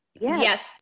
Yes